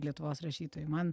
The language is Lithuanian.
lietuvos rašytojų man